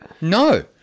No